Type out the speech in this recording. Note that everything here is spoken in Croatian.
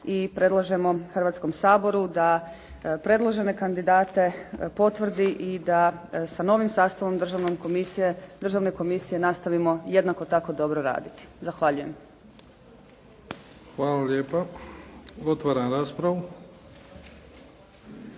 i predlažemo Hrvatskom saboru da predložene kandidate potvrdi i da sa novim sastavom Državne komisije nastavimo jednako tako dobro raditi. Zahvaljujem. **Bebić, Luka (HDZ)** Hvala lijepa. Otvaram raspravu.